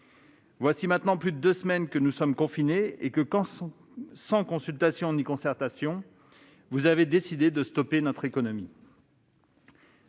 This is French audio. voilà maintenant plus de deux semaines que nous sommes confinés et que, sans consultation ni concertation, vous avez décidé de stopper notre économie.